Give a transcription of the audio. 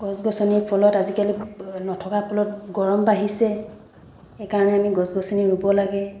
গছ গছনিৰ ফলত আজিকালি নথকাৰ ফলত গৰম বাঢ়িছে সেইকাৰণে আমি গছ গছনি ৰুব লাগে